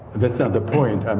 that's not the point.